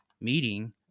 meeting